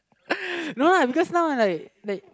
no lah because now I like like